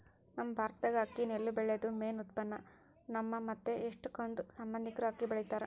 ನಮ್ ಭಾರತ್ದಾಗ ಅಕ್ಕಿ ನೆಲ್ಲು ಬೆಳ್ಯೇದು ಮೇನ್ ಉತ್ಪನ್ನ, ನಮ್ಮ ಮತ್ತೆ ನಮ್ ಎಷ್ಟಕೊಂದ್ ಸಂಬಂದಿಕ್ರು ಅಕ್ಕಿ ಬೆಳಿತಾರ